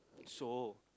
so